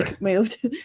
moved